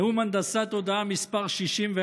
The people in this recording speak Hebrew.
נאום הנדסת הודעה מס' 61,